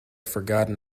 forgotten